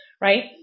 right